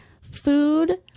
food